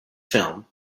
film